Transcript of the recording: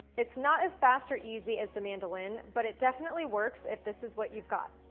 it's not as fast or easy as the mandoline, but it definitely works if this is what you've got.